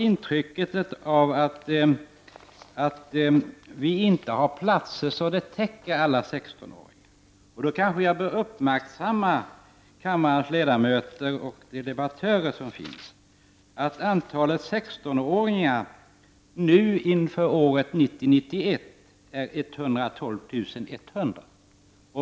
Intrycket kan ha getts att det inte finns platser så att det räcker för alla 16-åringar. Då bör jag uppmärksamma de av kammarens ledamöter och debattörer som finns här på att antalet 16-åringar nu inför året 1990/91 är 112 100.